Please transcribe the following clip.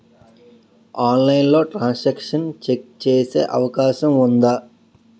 ఆన్లైన్లో transaction check చేసే అవకాశం ఉందా?